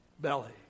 belly